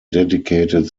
dedicated